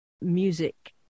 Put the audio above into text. music